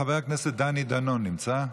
חבר הכנסת דני דנון נמצא?